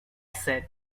said